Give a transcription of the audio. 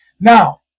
Now